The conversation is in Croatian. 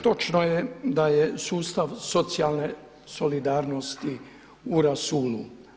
Točno je da je sustav socijalne solidarnosti u rasulu.